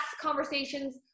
conversations